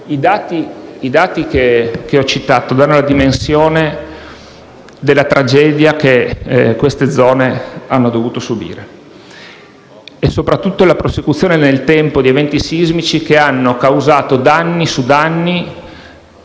I dati che ho citato danno la dimensione della tragedia che queste zone hanno dovuto subire e soprattutto la prosecuzione nel tempo di eventi sismici che hanno causato danni su danni